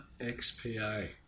XPA